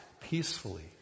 peacefully